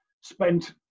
spent